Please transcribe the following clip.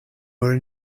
were